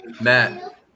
Matt